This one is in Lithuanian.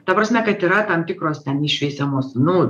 ta prasme kad yra tam tikros ten išveisiamos nu